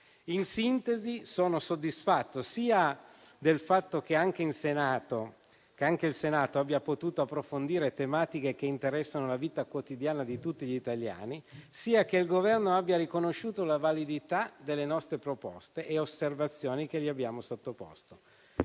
In sintesi, sono soddisfatto sia del fatto che anche il Senato abbia potuto approfondire tematiche che interessano la vita quotidiana di tutti gli italiani, sia che il Governo abbia riconosciuto la validità delle nostre proposte e delle osservazioni che gli abbiamo sottoposto.